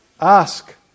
ask